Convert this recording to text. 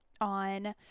on